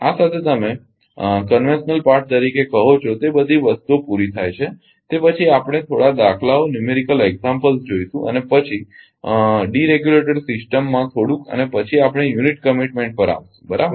આ સાથે તમે આ પરંપરાગત ભાગ તરીકે કહો છો તે બધી વસ્તુઓ પૂરી થાય છે તે પછી આ આપણે થોડા દાખલાઓ ઉદાહરણો જોઇશું અને પછી અનિયમિત સિસ્ટમડીરેગ્યુલેટેડ સિસ્ટમ માં થોડુંક અને પછી આપણે યુનિટ કમીટમેન્ટ પર આવીશું બરાબર